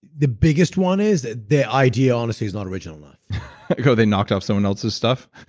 the biggest one is their idea, honestly, is not original enough so they knocked off someone else's stuff?